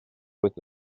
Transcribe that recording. with